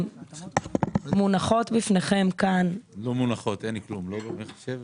מונחות בפניכם שתי הצעות חוק,